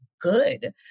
good